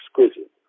exquisite